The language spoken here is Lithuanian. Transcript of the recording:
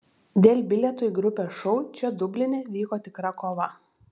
dėl bilietų į grupės šou čia dubline vyko tikra kova